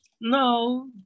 No